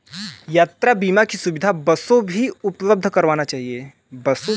यात्रा बीमा की सुविधा बसों भी उपलब्ध करवाना चहिये